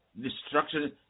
destruction